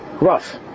Rough